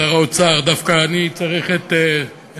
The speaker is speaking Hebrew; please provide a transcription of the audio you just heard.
שר האוצר, דווקא אני צריך את הקשבתך,